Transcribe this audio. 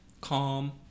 calm